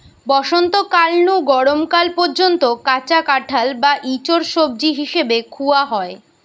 বসন্তকাল নু গরম কাল পর্যন্ত কাঁচা কাঁঠাল বা ইচোড় সবজি হিসাবে খুয়া হয়